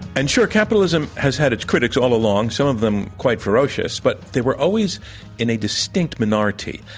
and, sure, capitalism has had its critics all along, some of them quite ferocious, but they were always in a distinct minority.